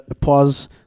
pause